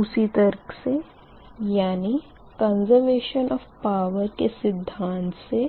उसी तर्क से यानी कंसेर्वेशन ओफ़ पवर के सिद्धांत से